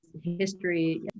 history